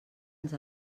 ens